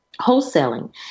wholesaling